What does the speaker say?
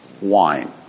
wine